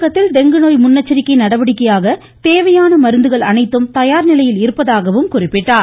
தமிழகத்தில் டெங்கு நோய் முன்னெரிக்கை நடவடிக்கையாக தேவையான மருந்துகள் அனைத்தும் தயார் நிலையில் இருப்பதாகவும் கூறினார்